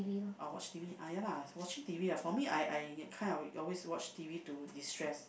or watch T_V ah ya lah watching T_V for me I I kind of always watch T_V to destress